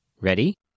Ready